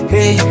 Hey